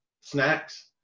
snacks